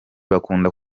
bakunda